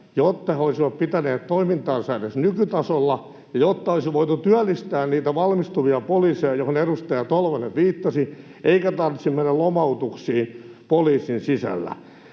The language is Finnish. jotta he olisivat pitäneet toimintansa edes nykytasolla ja jotta olisi voitu työllistää niitä valmistuvia poliiseja, mihin edustaja Tolvanen viittasi, eikä tarvitsisi mennä lomautuksiin poliisin sisällä.